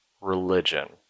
religion